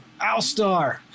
Alstar